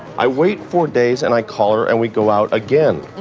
i wait four days and i call her and we go out again.